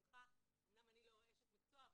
אמנם אני לא אשת מקצוע,